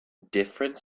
different